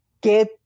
get